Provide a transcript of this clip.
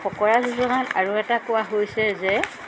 ফকৰা যোজনাত আৰু এটা কোৱা হৈছে যে